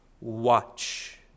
watch